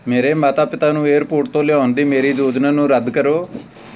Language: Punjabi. ਮੇਰੇ ਮਾਤਾ ਪਿਤਾ ਨੂੰ ਏਅਰਪੋਰਟ ਤੋਂ ਲਿਆਉਣ ਦੀ ਮੇਰੀ ਯੋਜਨਾ ਨੂੰ ਰੱਦ ਕਰੋ